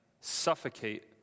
suffocate